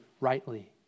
rightly